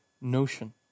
notion